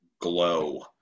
glow